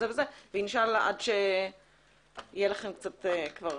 ואינשאללה עד שתהיה לכם יותר